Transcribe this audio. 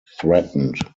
threatened